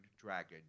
dragon